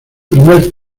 primer